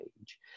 age